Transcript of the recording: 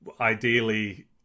ideally